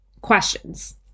questions